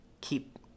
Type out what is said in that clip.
keep